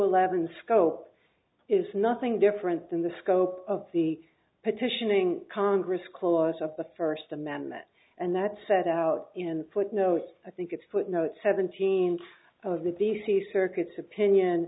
eleven scope is nothing different than the scope of the petitioning congress clause of the first amendment and that set out in footnote i think it's footnote seventeen of the d c circuits opinion